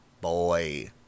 Boy